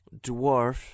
dwarf